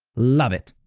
love it.